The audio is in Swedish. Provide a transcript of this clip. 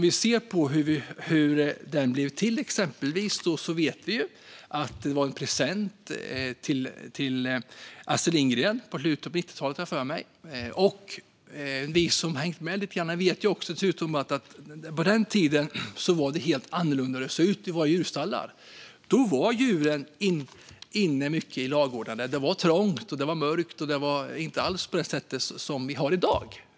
Vi vet att det var en present till Astrid Lindgren - i slutet av 90-talet har jag för mig. Vi som har hängt med lite grann vet dessutom att det på den tiden såg helt annorlunda ut i våra djurstallar. Då var djuren inne mycket i ladugårdarna. Det var trångt och mörkt, och det var inte så som det är i dag.